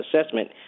assessment